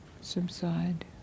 subside